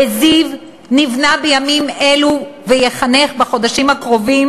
בזיו נבנה בימים אלו וייחנך בחודשים הקרובים